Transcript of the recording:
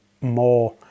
more